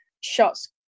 shots